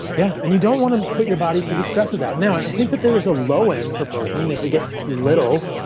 yeah. and you don't want to put your body through the stress of that. now, i think that there is a low end for protein. and if we get too little,